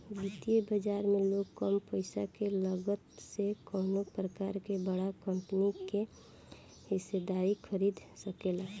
वित्तीय बाजार में लोग कम पईसा के लागत से कवनो प्रकार के बड़ा कंपनी के हिस्सेदारी खरीद सकेला